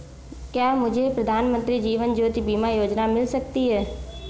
क्या मुझे प्रधानमंत्री जीवन ज्योति बीमा योजना मिल सकती है?